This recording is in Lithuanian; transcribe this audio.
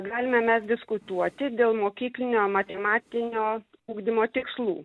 galime mes diskutuoti dėl mokyklinio matematinio ugdymo tikslų